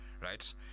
right